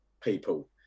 people